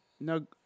No